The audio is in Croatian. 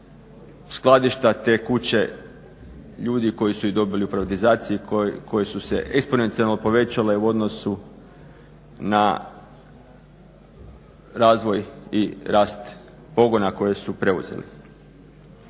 skladišta te kuće, ljudi koji su ih dobili u privatizaciji, koji su se eksponencijalno povećale u odnosu na razvoj i rast pogona koje su preuzeli.